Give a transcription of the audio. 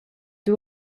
dad